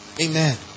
Amen